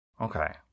Okay